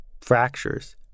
fractures